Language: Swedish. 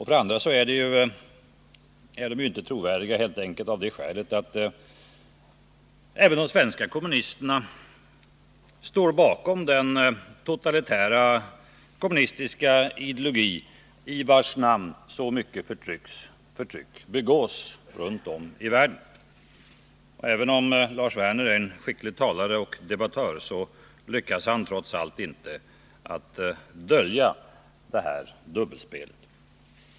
För det andra står ju de svenska kommunisterna bakom den totalitära kommunistiska ideologi i vars namn så mycket förtryck utövas runt om i världen. Även om Lars Werner är en skicklig talare och debattör så lyckas han trots allt inte att dölja detta dubbelspel.